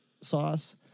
sauce